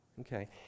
Okay